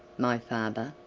my father